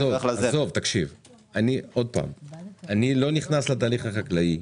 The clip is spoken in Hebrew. אני לא נכנס לתהליך החקלאי,